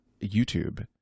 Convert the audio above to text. youtube